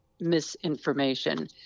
misinformation